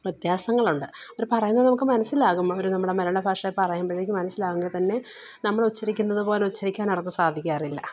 വ്യത്യാസങ്ങൾ ഉണ്ട് അവര് പറയുന്നത് നമുക്ക് മനസിലാകും അവര് നമ്മുടെ മലയാള ഭാഷ പറയുമ്പഴേക്കും മനസിലാകുവെങ്കിൽ തന്നെ നമ്മളുച്ചരിക്കുന്നതു പോലെ ഉച്ചരിക്കാനവർക്ക് സാധിക്കാറില്ല